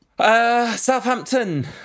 Southampton